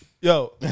Yo